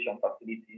facilities